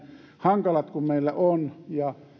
hankalat kuin meillä ovat ja